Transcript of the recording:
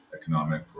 economic